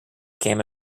came